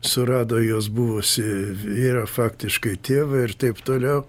surado jos buvusį vyrą faktiškai tėvą ir taip tolia